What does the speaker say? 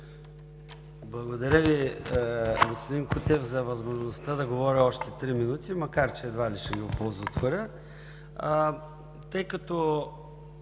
Благодаря Ви, господин Кутев за възможността да говоря още три минути, макар че едва ли ще ги оползотворя.